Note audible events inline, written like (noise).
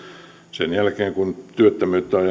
sen jälkeen kun työttömyyttä on (unintelligible)